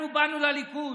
אנחנו באנו לליכוד,